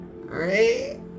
Right